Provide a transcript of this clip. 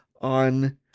on